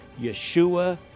Yeshua